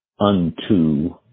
unto